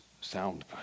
sound